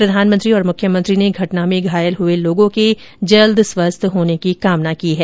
प्रधानमंत्री और मुख्यमंत्री ने घटना में घायल हुए लोगों के जल्द स्वस्थ होने की कामना की है